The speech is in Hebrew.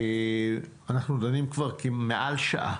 אנחנו דנים כבר מעל שעה.